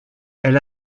elle